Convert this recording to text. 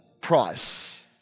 price